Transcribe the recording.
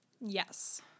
Yes